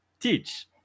Teach